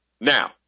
Now